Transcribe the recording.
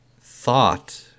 thought